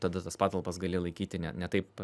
tada tas patalpas gali laikyti ne ne taip